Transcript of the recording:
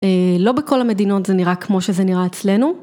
לא בכל המדינות זה נראה כמו שזה נראה אצלנו.